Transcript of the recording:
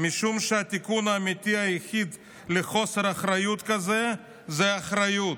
משום שהתיקון האמיתי היחיד לחוסר אחריות כזה זה אחריות,